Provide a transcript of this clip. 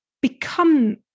become